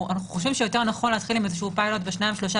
אנחנו חושבים שיותר נכון להתחיל עם פילוט בשניים-שלושה